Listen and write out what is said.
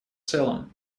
целом